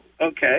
okay